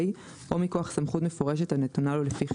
או מכוח סמכות מפורשת הנתונה לו לפי חיקוק.